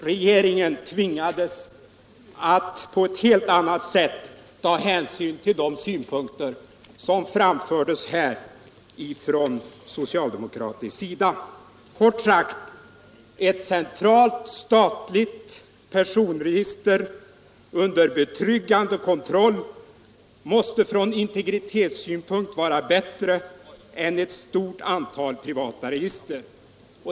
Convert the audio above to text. Regeringen tvingades att på ett helt annat sätt än han hade gjort ta hänsyn till de synpunkter som framförts från socialdemokratisk sida. Kort sagt: Ett centralt statligt personregister under betryggande kontroll måste från integritetssynpunkt vara bättre än ett stort antal privata register.